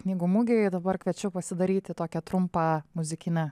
knygų mugėj dabar kviečiu pasidaryti tokią trumpą muzikinę